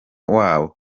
wabo